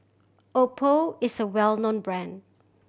Oppo is a well known brand